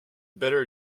better